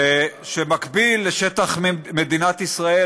והוא מקביל לשטח מדינת ישראל,